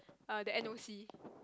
err the N_O_C